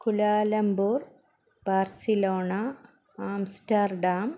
Kuala Lumpur Barcelona Amsterdam